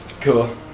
Cool